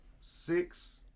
six